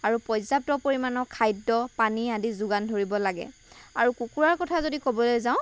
আৰু পৰ্যাপ্ত পৰিমাণৰ খাদ্য পানী আদি যোগান ধৰিব লাগে আৰু কুকুৰাৰ কথা যদি ক'বলৈ যাওঁ